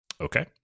Okay